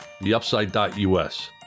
theupside.us